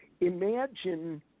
imagine